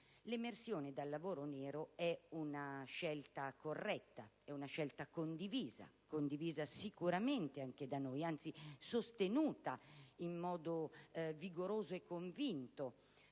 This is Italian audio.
L'emersione del lavoro nero è una scelta corretta e condivisa, sicuramente anche da noi, anzi, sostenuta in modo vigoroso e convinto